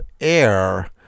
air